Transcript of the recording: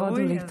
לכבוד הוא לי.